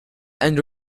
and